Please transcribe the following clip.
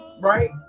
right